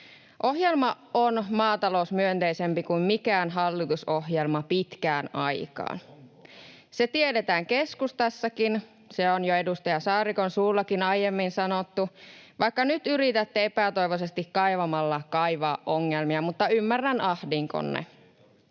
Ohjelma on maatalousmyönteisempi kuin mikään hallitusohjelma pitkään aikaan. [Keskustan eduskuntaryhmästä: Onkohan?] Se tiedetään keskustassakin, se on jo edustaja Saarikonkin suulla aiemmin sanottu, vaikka nyt yritätte epätoivoisesti kaivamalla kaivaa ongelmia. Mutta ymmärrän ahdinkonne.